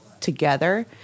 together